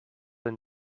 and